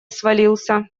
свалился